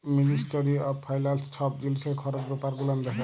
ministry of finance ছব জিলিসের খরচ ব্যাপার গুলান দ্যাখে